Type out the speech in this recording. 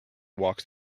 walks